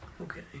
okay